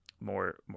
more